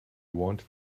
want